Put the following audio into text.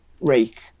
rake